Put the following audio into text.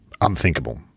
Unthinkable